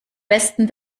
besten